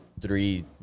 three